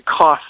cost